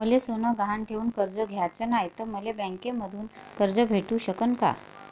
मले सोनं गहान ठेवून कर्ज घ्याचं नाय, त मले बँकेमधून कर्ज भेटू शकन का?